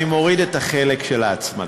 בסדר, אני מוריד את החלק של ההצמדה.